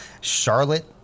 Charlotte